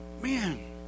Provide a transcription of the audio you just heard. man